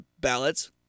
ballots